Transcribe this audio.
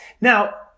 Now